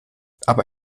aber